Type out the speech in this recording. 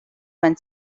when